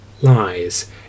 lies